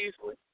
easily